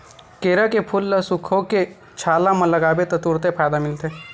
केरा के फूल ल सुखोके छाला म लगाबे त तुरते फायदा मिलथे